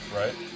right